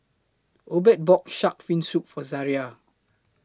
Obed bought Shark's Fin Soup For Zariah